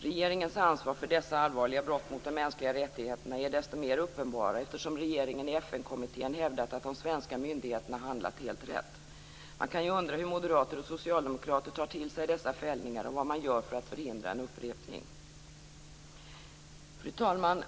Regeringens ansvar för dessa allvarliga brott mot de mänskliga rättigheterna är desto mer uppenbart eftersom regeringen i FN-kommittén hävdat att de svenska myndigheterna har handlat helt rätt. Man kan undra hur moderater och socialdemokrater tar till sig dessa fällningar och vad man gör för att förhindra en upprepning. Fru talman!